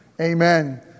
Amen